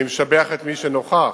לא כולם לא נוכחים.